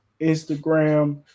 Instagram